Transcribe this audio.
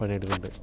പണിയെടുക്കുന്നുണ്ട്